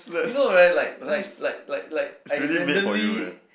you know right like like like like like I randomly